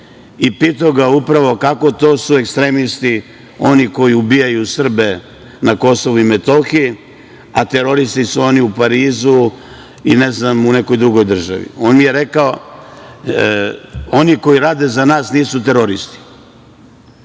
i pitao ga upravo kako su ekstremisti oni koji ubijaju Srbe na KiM, a teroristi su oni u Parizu i, ne znam, u nekoj drugoj državi. On mi je rekao – oni koji rade za nas nisu teroristi.